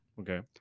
okay